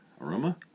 Aroma